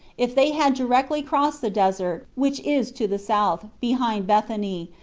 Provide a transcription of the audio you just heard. if they had directly crossed the desert, which is to the south, behind bethany,